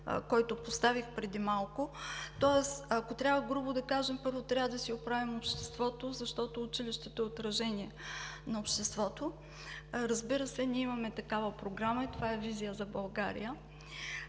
който поставих преди малко, тоест ако трябва грубо да кажем, първо, трябва да си оправим обществото, защото училището е отражение на обществото. Разбира се, ние имаме такава програма и това е „Визия за България“.